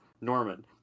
Norman